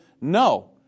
no